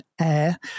air